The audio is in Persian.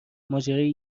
ماجرای